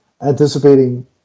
anticipating